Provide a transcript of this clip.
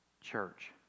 church